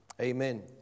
Amen